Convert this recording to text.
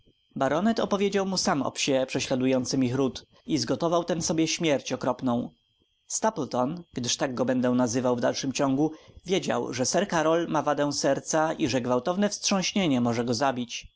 baronet opowiedział mu sam o psie prześladującym ich ród i zgotował tem sobie śmierć okropną stapleton gdyż tak go będę nazywał w dalszym ciągu wiedział że sir karol ma wadę serca i że gwałtowne wstrząśnienie może go zabić